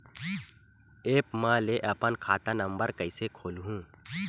App म ले अपन खाता नम्बर कइसे खोलहु?